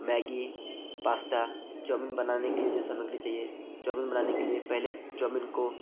Maggi pasta chowmein बनाने के लिए जो सामग्री चाहिए चौमिन बनाने के लिए पहले चाऊमीन को